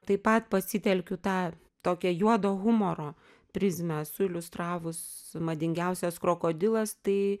taip pat pasitelkiu tą tokią juodo humoro prizmę esu iliustravus madingiausias krokodilas tai